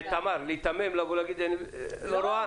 תמר, להיתמם, לבוא ולהגיד לא רואה